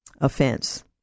offense